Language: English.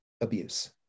abuse